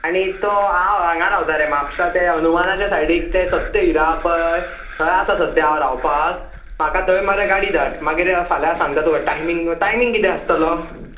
आनी तो हांव हांगां रावता रे म्हापसा ते हनुमानाच्या सायडीक ते सत्यहिरा आहा पळय थंय आसा सद्द्या हांव रावपाक म्हाका थंय मरे गाडी धाड मागीर फाल्या सांगता तुका टायमींग टायमींग कितें आसतलो